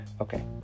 Okay